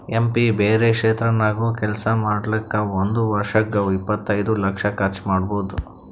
M P ಬ್ಯಾರೆ ಕ್ಷೇತ್ರ ನಾಗ್ನು ಕೆಲ್ಸಾ ಮಾಡ್ಲಾಕ್ ಒಂದ್ ವರ್ಷಿಗ್ ಇಪ್ಪತೈದು ಲಕ್ಷ ಕರ್ಚ್ ಮಾಡ್ಬೋದ್